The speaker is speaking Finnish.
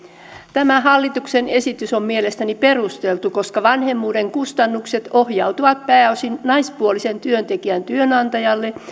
tämä hallituksen esitys on mielestäni perusteltu koska vanhemmuuden kustannukset ohjautuvat pääosin naispuolisen työntekijän työnantajalle